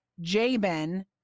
Jabin